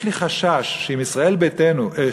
יש לי חשש שאם ישראל ביתנו,